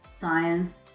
science